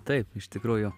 taip iš tikrųjų